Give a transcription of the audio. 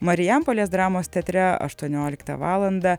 marijampolės dramos teatre aštuonioliktą valandą